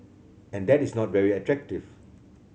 and that is not very attractive